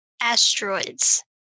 asteroids